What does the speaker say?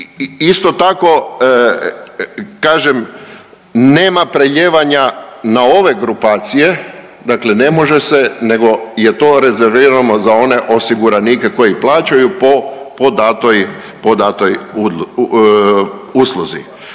isto tako, kažem, nema prelijevanja na ove grupacije, dakle ne može se nego je to rezervirano za one osiguranike koji plaćaju po datoj usluzi.